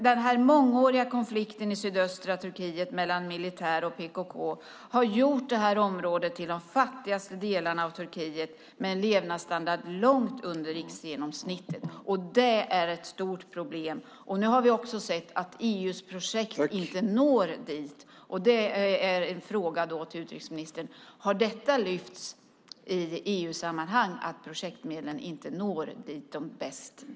Den mångåriga konflikten mellan militär och PKK i sydöstra Turkiet har gjort området till de fattigaste delarna av Turkiet med en levnadsstandard långt under riksgenomsnittet. Det är ett stort problem. Nu har vi sett att EU:s projektmedel inte når dit. Har man i EU-sammanhang lyft upp detta?